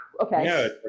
Okay